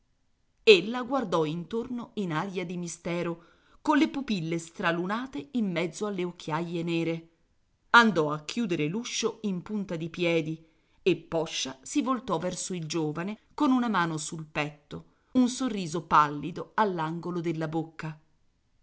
brontolando ella guardò intorno in aria di mistero colle pupille stralunate in mezzo alle occhiaie nere andò a chiudere l'uscio in punta di piedi e poscia si voltò verso il giovane con una mano sul petto un sorriso pallido all'angolo della bocca